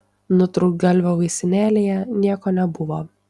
nutrūktgalvio vaistinėlėje nieko nebuvo